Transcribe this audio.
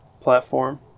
platform